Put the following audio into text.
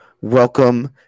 welcome